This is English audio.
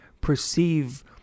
perceive